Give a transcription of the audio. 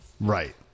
Right